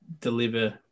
deliver